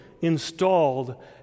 installed